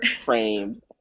framed